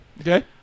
Okay